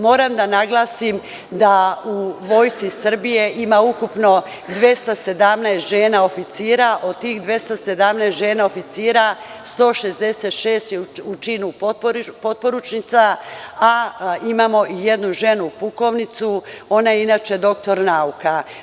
Moram da naglasim da u Vojsci Srbije ima ukupno 217 žena oficira, od tih 217 žena oficira, 166 je u činu potporučnica, a imamo i jednu ženu pukovnicu, ona je inače doktor nauka.